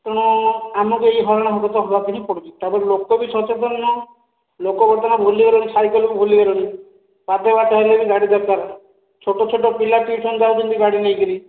ତେଣୁ ଆମକୁ ଏଇ ହଇରାଣ ହରକତ ହେବାକୁ ପଡ଼ୁଛି ତାପରେ ଲୋକ ଭି ସଚେତନ ନାହିଁ ଲୋକମାନେ ଭୁଲି ଗଲେଣି ସାଇକେଲ କୁ ଭୁଲି ଗଲେଣି ପାଖ ବାଟ ହେଲେ ବି ଗାଡ଼ି ଦରକାର ଛୋଟ ଛୋଟ ପିଲା ଟ୍ୟୁସନ୍ ଯାଉଛନ୍ତି ଗାଡ଼ି ନେଇକି